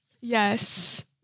Yes